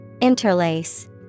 Interlace